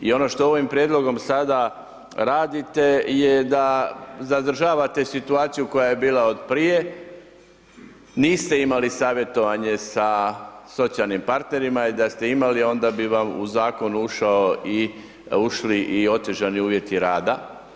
I ono što ovim prijedlogom sada radite je da zadržavate situaciju koja je bila od prije, niste imali savjetovanje sa socijalnim partnerima i da ste imali onda bi vam u zakon ušli i otežani uvjeti rada.